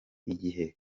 igihe